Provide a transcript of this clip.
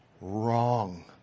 wrong